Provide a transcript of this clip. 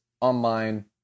Online